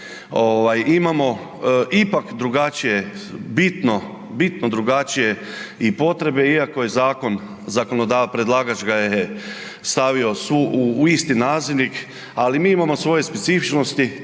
imamo ipak drugačije, bitno drugačije i potrebe iako ga je predlagač stavio u isti nazivnik, ali mi imamo svoje specifičnosti,